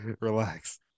Relax